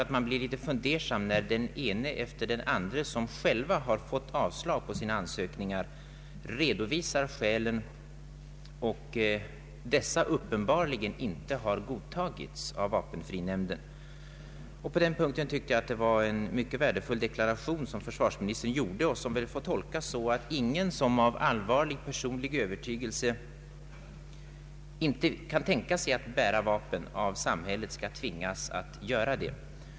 Men man blir fundersam när den ene efter den andre, som har fått avslag på sina ansökningar, redovisar skälen och dessa uppenbarligen inte har godtagits av vapenfrinämnden, På denna punkt gjorde försvarsministern en värdefull deklaration, som väl får tolkas så att ingen, som av allvarlig personlig övertygelse inte kan tänka sig att bära vapen, av samhället skall tvingas att göra det.